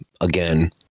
again